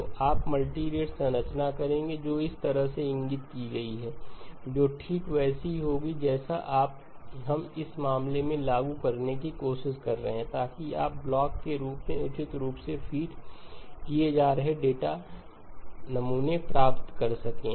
तो आप मल्टीरेट संरचना करेंगे जो इस तरह से इंगित की गई है जो ठीक वैसी ही होगी जैसा हम इस मामले में लागू करने की कोशिश कर रहे हैं ताकि आप ब्लॉक के रूप में उचित रूप से फीड किए जा रहे डेटा नमूने प्राप्त कर सकें